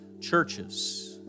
churches